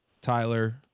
Tyler